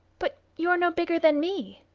but you're no bigger than me.